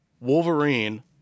Wolverine